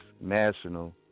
national